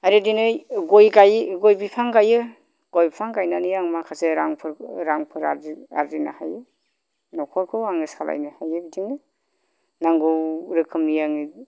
आरो दिनै गय गायो गय बिफां गायो गय बिफां गायनानै आं माखासे रांफोर रांफोर आरजि आर्जिनो हायो नखरखौ आङो सालायनो हायो बिदिनो नांगौ रोखोमनि आङो